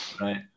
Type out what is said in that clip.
Right